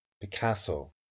Picasso